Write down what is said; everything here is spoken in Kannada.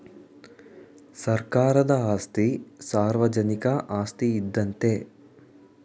ಸರ್ಕಾರದ ಆಸ್ತಿ ಸಾರ್ವಜನಿಕ ಆಸ್ತಿ ಇದ್ದಂತೆ